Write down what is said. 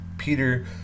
Peter